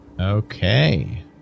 okay